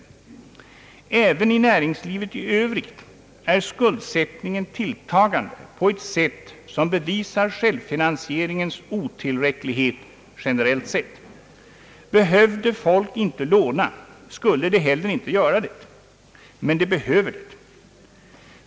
Även inom näringslivet i övrigt tilltar skuldsättningen på ett sätt som visar självfinansieringens otillräcklighet generellt sett. Behövde folk inte låna skulle de inte heller göra det, men de behöver låna.